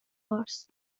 فارس